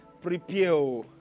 prepare